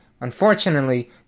Unfortunately